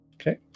Okay